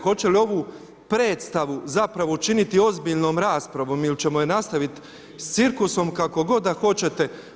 Hoće li ovu predstavu zapravo učiniti ozbiljnom raspravom ili ćemo je nastaviti s cirkusom kako god da hoćete?